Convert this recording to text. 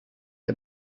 der